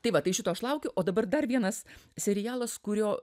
tai vat tai šito aš laukiu o dabar dar vienas serialas kurio